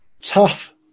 tough